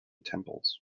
temples